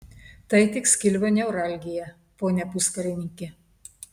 tai tik skilvio neuralgija pone puskarininki